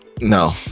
No